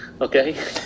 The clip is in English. Okay